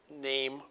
name